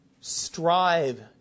strive